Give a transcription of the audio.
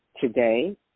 today